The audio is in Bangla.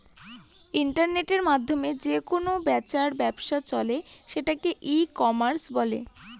ইন্টারনেটের মাধ্যমে যে কেনা বেচার ব্যবসা চলে সেটাকে ই কমার্স বলে